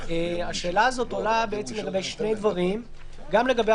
השאלה הזאת עולה לגבי שני דברים: גם לגבי